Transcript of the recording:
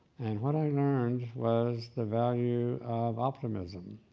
and what i learned was the value of optimism,